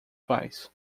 pais